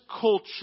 culture